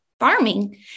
farming